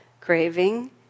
craving